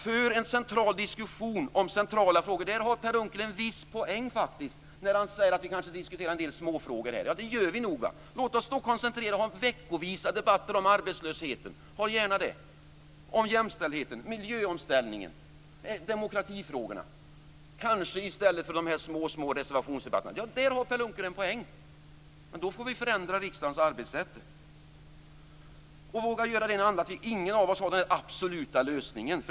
För en central diskussion om centrala frågor! Där har Per Unckel faktiskt en viss poäng när han säger att vi kanske diskuterar en del småfrågor här. Det gör vi nog. Låt oss då koncentrera och ha veckovisa debatter om arbetslösheten. Ha gärna det! Vi kanske kan ha debatter om jämställdheten, miljöomställning och demokratifrågorna i stället för de små reservationsdebatterna. Där har Per Unckel en poäng. Men då får vi förändra riksdagens arbetssätt. Det måste vi våga göra i en öppen anda, för ingen av oss har den absoluta lösningen.